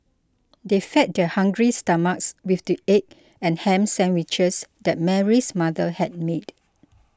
they fed their hungry stomachs with the egg and ham sandwiches that Mary's mother had made